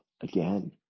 again